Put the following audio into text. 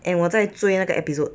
and 我在追那个 episode